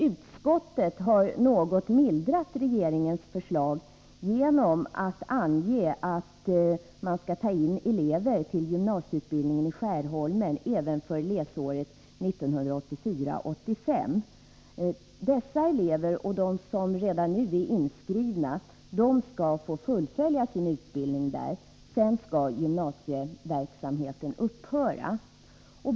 Utskottet har mildrat regeringens förslag något genom att ange att man bör få ta in elever till gymnasieutbildningen även för läsåret 1984/85. Dessa elever och de som redan nu är inskrivna bör få fullfölja sin utbildning där. Försöksverksamheten föreslås därefter upphöra.